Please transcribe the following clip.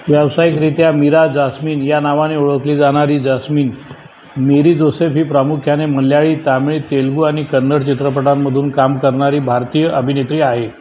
व्यावसायिकरीत्या Meera Jasmine या नावाने ओळखली जाणारी जास्मिन मेरी जोसेफ ही प्रामुख्याने मल्याळी तमिळ तेलगू आणि कन्नड चित्रपटांमधून काम करणारी भारतीय अभिनेत्री आहे